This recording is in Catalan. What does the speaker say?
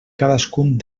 cadascun